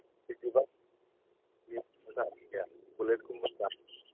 Activa ꯕꯨꯂꯦꯠꯀꯨꯝꯕ